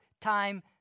time